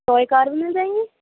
ٹوئے car بھی مل جائیں گی